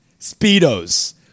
Speedos